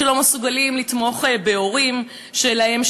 שלא מסוגלים לתמוך בהורים שלהם,